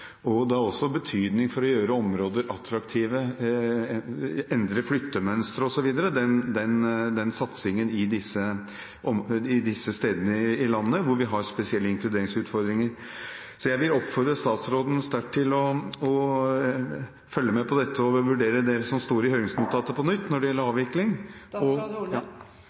har også betydning for å gjøre områder attraktive, endre flyttemønstre osv. i disse stedene i landet hvor vi har spesielle inkluderingsutfordringer. Jeg vil oppfordre statsråden sterkt til å følge med på dette og vurdere det som står i høringsnotatet på nytt når det gjelder avvikling. Jeg kan forsikre representanten om at dette blir fulgt opp tett, og